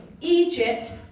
Egypt